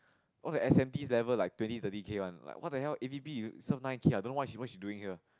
all the S_M_E level twenty thirty K one what the hell A_V_P you serve nine K ah I don't know what she doing here